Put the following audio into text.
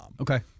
Okay